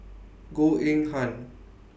Goh Eng Han